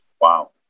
Wow